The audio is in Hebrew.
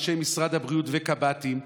אנשי משרד הבריאות וקב"טים.